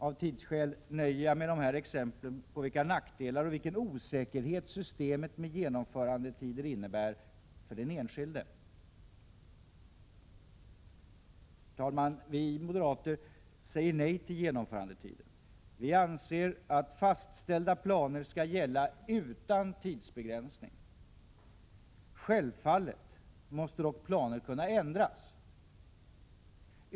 Av tidsskäl nöjer jag mig med dessa exempel på vilka nackdelar och vilken osäkerhet systemet med genomförandetider innebär — för den enskilde. Herr talman! Vi moderater säger nej till genomförandetider. Vi anser att faställda planer skall gälla utan tidsbegränsning. Självfallet måste dock planer kunna ändras.